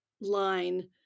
line